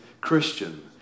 Christian